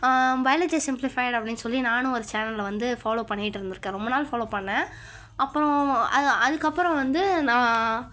biology simplified அப்படினு சொல்லி நானும் ஒரு சேனலில் வந்து ஃபாலோ பண்ணிகிட்டிருந்துருக்கேன் ரொம்ப நாள் ஃபாலோ பண்ணிணேன் அப்புறம் அது அதுக்கப்புறம் வந்து நான்